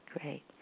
great